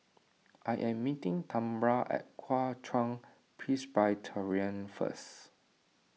I am meeting Tambra at Kuo Chuan Presbyterian first